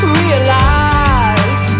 realize